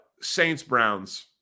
Saints-Browns